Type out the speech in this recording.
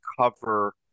cover